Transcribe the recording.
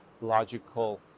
logical